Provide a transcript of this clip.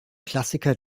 klassiker